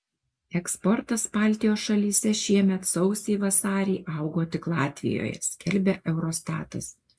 eksportas baltijos šalyse šiemet sausį vasarį augo tik latvijoje skelbia eurostatas